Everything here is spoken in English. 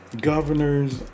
governors